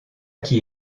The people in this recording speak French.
qui